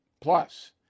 Plus